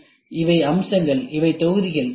எனவே இவை அம்சங்கள் இவை தொகுதிகள்